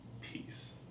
peace